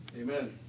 Amen